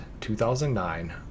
2009